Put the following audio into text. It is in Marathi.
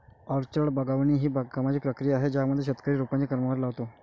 ऑर्चर्ड बागवानी ही बागकामाची प्रक्रिया आहे ज्यामध्ये शेतकरी रोपांची क्रमवारी लावतो